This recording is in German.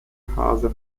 hase